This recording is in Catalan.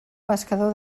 pescador